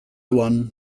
one